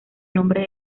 nombres